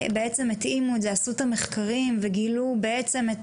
כמו ניו זילנד, עשו מחקרים וגילו את